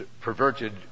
perverted